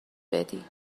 بدی